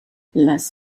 las